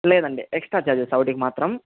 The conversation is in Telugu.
లేదండి ఎక్స్ట్రా ఛార్జెస్ వాటికి మాత్రం